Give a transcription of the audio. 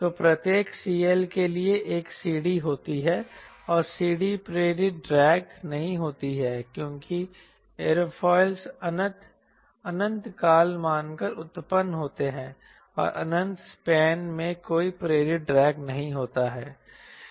तो प्रत्येक CL के लिए एक CD होती है और यह CD प्रेरित ड्रैग नहीं होती है क्योंकि एयरोफिल्स अनंत काल मानकर उत्पन्न होते हैं और अनंत स्पैन में कोई प्रेरित ड्रैग नहीं होता है